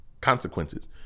Consequences